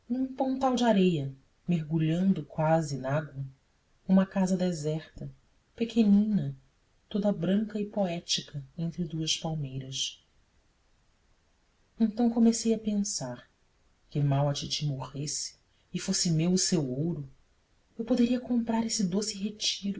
pontal de areia mergulhando quase na água uma casa deserta pequenina toda branca e poética entre duas palmeiras então comecei a pensar que mal a titi morresse e fosse meu o seu ouro eu poderia comprar esse doce retiro